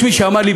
יש מי שאמר לי,